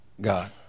God